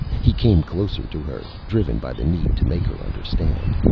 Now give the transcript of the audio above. he came closer to her, driven by the need to make her understand.